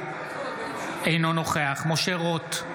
אינו נוכח משה רוט,